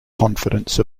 confidence